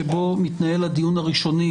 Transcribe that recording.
שבו מתנהל הדיון הראשוני,